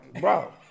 bro